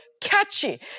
catchy